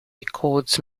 records